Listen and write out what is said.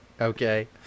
Okay